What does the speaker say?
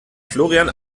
florian